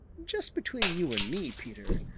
just between you and me, peter,